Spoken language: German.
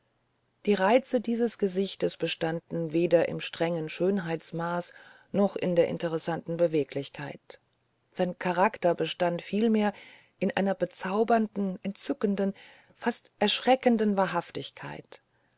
die reize dieses gesichtes bestanden weder im strengen schönheitsmaß noch in der interessanten beweglichkeit sein charakter bestand vielmehr in einer bezaubernden entzückenden fast erschreckenden wahrhaftigkeit